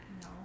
No